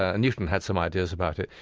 ah newton had some ideas about it.